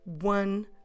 one